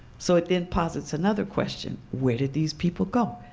so it then posits another question, where did these people go?